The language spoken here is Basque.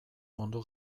mundu